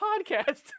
podcast